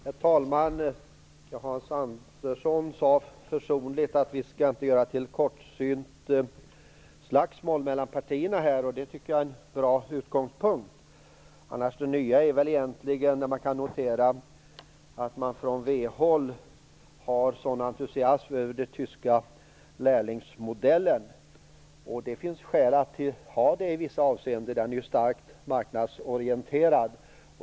Herr talman! Hans Andersson sade försonligt att vi inte skall ha kortsiktiga slagsmål mellan partierna, och det är en bra utgångspunkt. Annars är väl det nya som kan noteras att man från Vänsterpartihåll känner en sådan entusiasm över den tyska lärlingsmodellen. Det finns skäl till det i vissa avseenden; den är ju starkt marknadsorienterad.